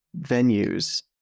venues